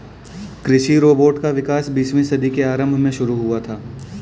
कृषि रोबोट का विकास बीसवीं सदी के आरंभ में शुरू हुआ था